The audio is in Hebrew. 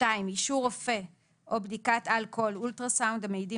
אישור רופא או בדיקת על-קול (אולטרסאונד) המעידים